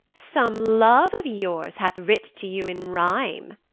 some love of yours hath writ to you in rhyme.